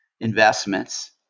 investments